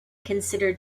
considered